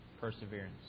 perseverance